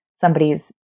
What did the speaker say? somebody's